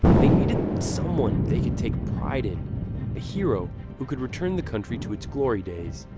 they needed someone they could take pride in a hero who could return the country to its glory days.